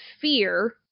fear